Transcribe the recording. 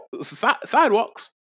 sidewalks